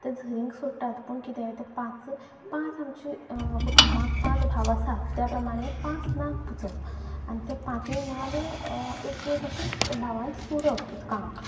ते झरीक सोडटात पूण कितें तें पांच पांच आमची कुटुंबाक पांच भाव आसात त्या प्रमाणे पांच नाग पुजप आनी ते पांचूय नाग एक अशे भावां सोडप उदकांक